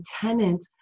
tenant